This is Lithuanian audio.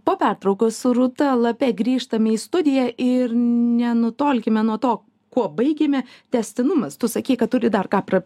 po pertraukos su rūta lape grįžtame į studiją ir nenutolkime nuo to kuo baigėme tęstinumas tu sakei kad turi dar ką